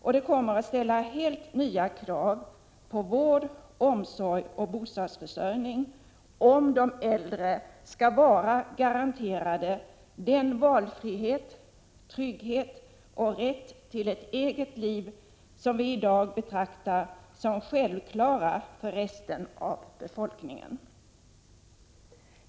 Och det kommer att ställa helt nya krav på vård, omsorg och bostadsförsörjning, om de äldre skall vara garanterade den valfrihet, trygghet och rätt till' ett eget liv som vi i dag betraktar som självklara för resten av befolkningen.